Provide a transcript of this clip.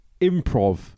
improv